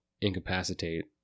incapacitate